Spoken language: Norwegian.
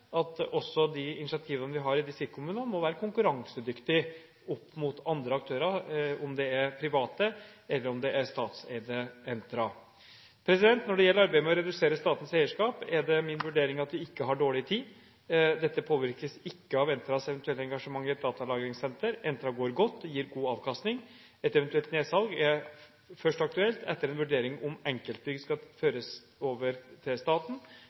andre aktører, om det er private, eller om det er det statseide Entra. Når det gjelder arbeidet med å redusere statens eierskap, er min vurdering at vi ikke har dårlig tid. Dette påvirkes ikke av Entras eventuelle engasjement i et datalagringssenter. Entra går godt og gir god avkastning. Et eventuelt nedsalg er aktuelt først etter en vurdering av om enkeltbygg skal føres over til staten,